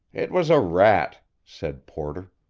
it was a rat, said porter.